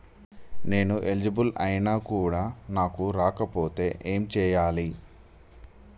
నేను ఎలిజిబుల్ ఐనా కూడా నాకు రాకపోతే ఏం చేయాలి?